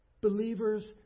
believers